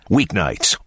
Weeknights